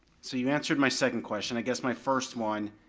so you answered my second question, i guess my first one,